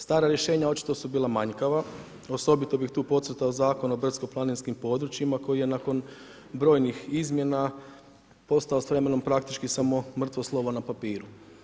Stara rješenja očito su bila manjkava, osobito bi tu podcrtao Zakon o brdsko-planinskim područjima koji je nakon brojnih izmjena postao s vremenom praktički samo mrtvo slovo na papiru.